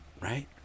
right